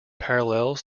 parallels